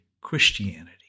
Christianity